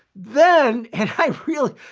then, and i really,